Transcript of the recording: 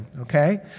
okay